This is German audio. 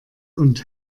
und